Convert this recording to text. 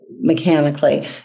mechanically